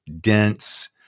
dense